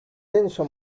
denso